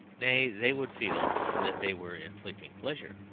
nay, they would feel that they were inflicting pleasure,